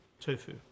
tofu